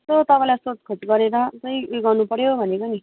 यसो तपाईँलाई सोध खोज गरेर चाहिँ उयो गर्नु पऱ्यो भनेको नि